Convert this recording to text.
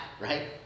right